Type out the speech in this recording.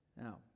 Now